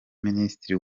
minisitiri